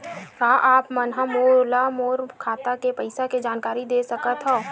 का आप मन ह मोला मोर खाता के पईसा के जानकारी दे सकथव?